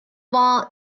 war